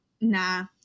nah